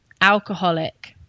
alcoholic